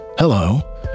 Hello